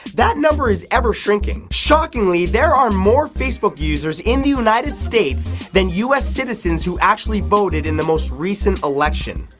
that number is ever shrinking. shockingly, there are more facebook users in the united states than us citizens who actually voted in the most recent election.